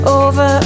over